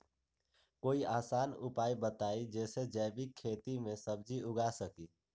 कोई आसान उपाय बताइ जे से जैविक खेती में सब्जी उगा सकीं?